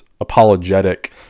apologetic